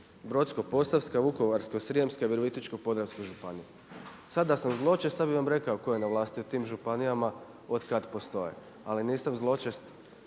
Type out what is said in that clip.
Brodsko-posavska, Vukovarsko-srijemska i Virovitičko-podravska županija. Sada da sam zločest sada bih vam rekao tko je na vlasti u tim županijama od kada postoje ali nisam zločest,